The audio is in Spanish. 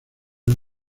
del